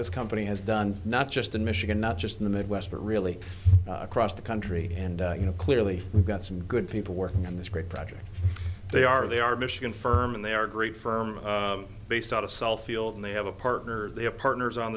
this company has done not just in michigan not just in the midwest but really across the country and you know clearly we got some good people working on this great project they are they are michigan firm and they are great firm based out of south field and they have a partner they have partners on